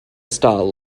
style